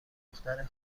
دختر